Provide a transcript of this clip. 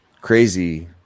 crazy